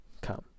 come